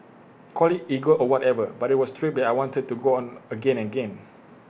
call IT ego or whatever but IT was A trip that I wanted to go on again and again